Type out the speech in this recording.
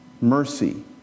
mercy